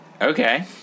Okay